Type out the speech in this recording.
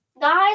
guys